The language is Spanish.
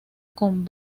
con